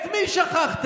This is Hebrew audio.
את מי שכחתם?